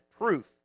proof